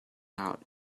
out